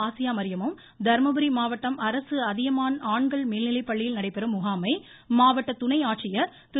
Asia மரியமும் தர்மபுரி மாவட்டம் அரசு அதியமான் ஆண்கள் மேல்நிலைப்பள்ளியில் நடைபெறும் முகாமை மாவட்ட துணை ஆட்சியர் திரு